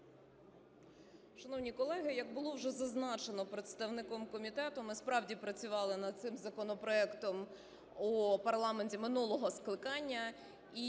Шановні колеги, як було вже зазначено представником комітету, ми справді працювали над цим законопроектом в парламенті минулого скликання.